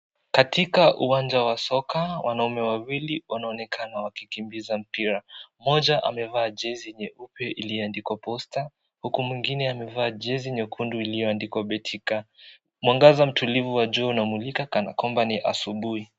Katika uwanja wa soka wanaume wawili wanaonekana wakikimbiza mpira .Mmoja amevaa jezi nyeupe iliyoandikwa Posta huku mwingine amevaa jezi nyekundu iliyoandikwa Betika. Mwangaza mtulivu wa jua unamulika kana kwamba ni asubuhi.